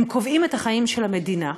הם קובעים את החיים של המדינה.